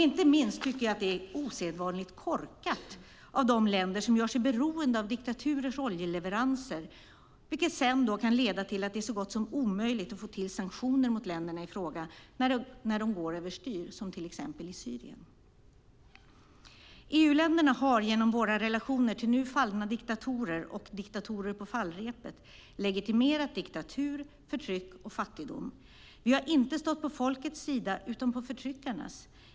Inte minst tycker jag att det är osedvanligt korkat av de länder som gör sig beroende av diktaturers oljeleveranser, vilket sedan kan leda till att det är så gott som omöjligt att få till sanktioner mot länderna i fråga när de går över styr, som till exempel i Syrien. EU-länderna har genom våra relationer till nu fallna diktatorer och diktatorer på fallrepet legitimerat diktatur, förtryck och fattigdom. Vi har inte stått på folkets sida utan på förtryckarnas.